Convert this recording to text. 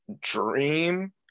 dream